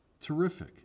Terrific